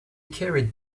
carried